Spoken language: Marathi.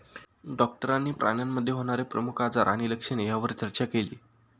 डॉक्टरांनी प्राण्यांमध्ये होणारे प्रमुख आजार आणि लक्षणे यावर चर्चा केली